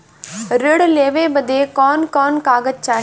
ऋण लेवे बदे कवन कवन कागज चाही?